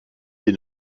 des